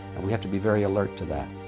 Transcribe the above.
and we have to be very alert to that.